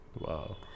Wow